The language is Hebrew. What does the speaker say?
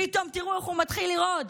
פתאום תראו איך הוא מתחיל לרעוד,